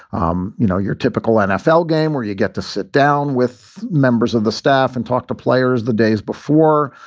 um you know, your typical nfl game where you get to sit down with members of the staff and talk to players the days before.